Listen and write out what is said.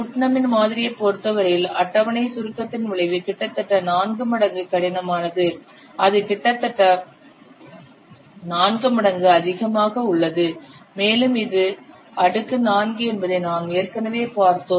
புட்னமின் Putnam's மாதிரியைப் பொறுத்தவரையில் அட்டவணை சுருக்கத்தின் விளைவு கிட்டத்தட்ட 4 மடங்கு கடினமானது அது கிட்டத்தட்ட 4 மடங்கு அதிகமாக உள்ளது மேலும் இது அடுக்கு 4 என்பதை நாம் ஏற்கனவே பார்த்தோம்